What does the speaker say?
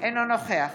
אינו נוכח